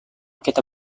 kita